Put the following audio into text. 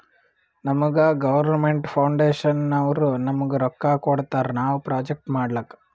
ನಮುಗಾ ಗೌರ್ಮೇಂಟ್ ಫೌಂಡೇಶನ್ನವ್ರು ನಮ್ಗ್ ರೊಕ್ಕಾ ಕೊಡ್ತಾರ ನಾವ್ ಪ್ರೊಜೆಕ್ಟ್ ಮಾಡ್ಲಕ್